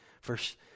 first